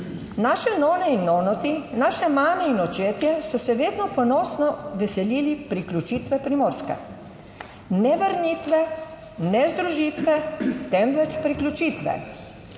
Naše none in nonoti, naše mame in očetje so se vedno ponosno veselili priključitve Primorske. Ne vrnitve, ne združitve, temveč priključitve,